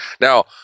Now